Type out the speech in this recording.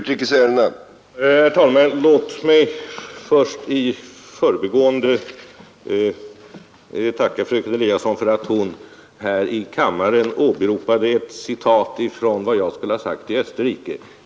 Herr talman! Låt mig först i förbigående tacka fröken Eliasson för att hon här i kammaren åberopat ett citat av något som jag skulle ha sagt i Österrike.